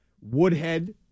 Woodhead